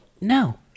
no